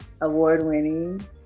award-winning